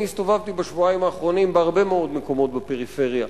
אני הסתובבתי בשבועיים האחרונים בהרבה מאוד מקומות בפריפריה,